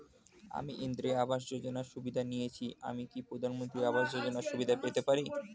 আমি ইন্দিরা আবাস যোজনার সুবিধা নেয়েছি আমি কি প্রধানমন্ত্রী আবাস যোজনা সুবিধা পেতে পারি?